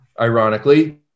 ironically